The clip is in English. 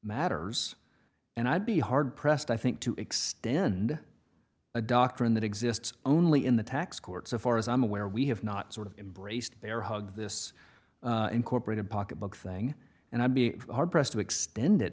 matters and i'd be hard pressed i think to extend a doctrine that exists only in the tax court so far as i'm aware we have not sort of embraced bearhug this incorporated pocketbook thing and i'd be hard pressed to extend it